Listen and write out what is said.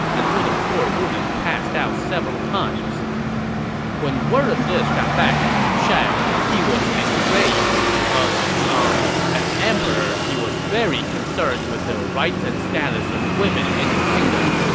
until the poor woman passed out several times when word of this got back to liu shan, he was enraged, because, umm, as emperor he was very concerned with the rights and status of women in his kingdom.